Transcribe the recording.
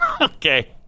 Okay